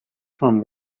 from